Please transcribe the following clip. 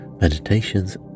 meditations